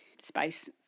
space